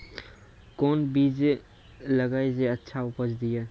कोंन बीज लगैय जे अच्छा उपज दिये?